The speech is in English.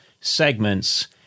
segments